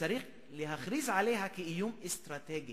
צריך להכריז עליה כאיום אסטרטגי